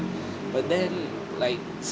but then like